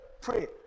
pray